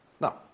now